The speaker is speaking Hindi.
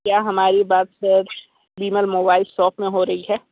क्या हमारी बात सर बिमल मोबाइल शॉप में हो रही है